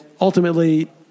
ultimately